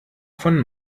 von